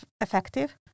effective